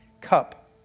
cup